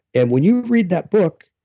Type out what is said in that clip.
and when you read that book,